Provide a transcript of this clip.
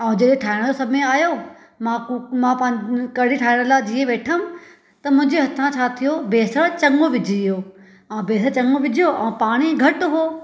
ऐं जंहिं ठाहिण जो समय आहियो मां कू मां पांज कढ़ी ठाहिण लाइ जीअं वेठमि त मुंहिंजे हथां छा थियो बेसण चङो विझी वियो ऐं बेसण चङो विझियो ऐं पाणी घटि हुओ